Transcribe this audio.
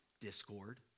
Discord